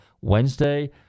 Wednesday